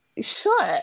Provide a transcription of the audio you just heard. sure